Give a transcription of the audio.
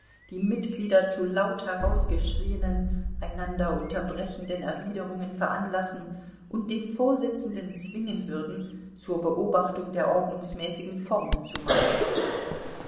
die mitglieder zu laut herausgeschrienen einander unterbrechenden erwiderungen veranlassen und den vorsitzenden zwingen würden zur beobachtung der ordnungsmäßigen formen zu mahnen